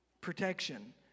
Protection